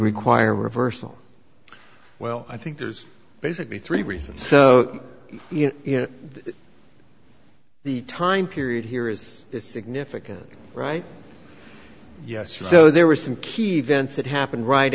require a reversal well i think there's basically three reasons so you know if the time period here is significant right yes so there were some key events that happened right